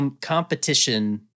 Competition